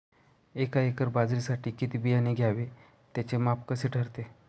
एका एकर बाजरीसाठी किती बियाणे घ्यावे? त्याचे माप कसे ठरते?